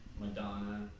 Madonna